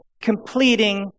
completing